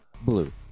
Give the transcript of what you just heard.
Blue